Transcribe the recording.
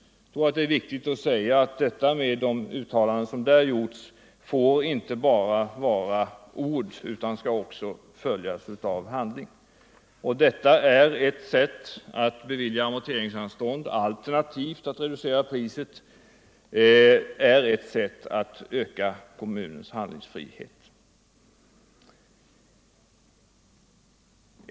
Det är viktigt att de uttalanden som gjorts där inte bara förblir ord utan också åtföljs av handling. Att bevilja amorteringsanstånd, alternativt att reducera priset, är ett sätt att öka kommunens handlingsfrihet.